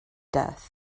death